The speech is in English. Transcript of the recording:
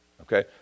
okay